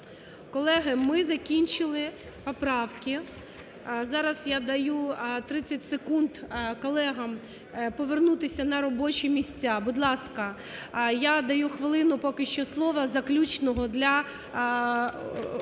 Колеги, ми закінчили поправки. Зараз я даю 30 секунд колегам повернутися на робочі місця. Будь ласка, я даю хвилину поки що слова заключного для